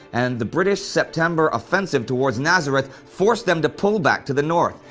and the british september offensive toward nazareth forced them to pull back to the north.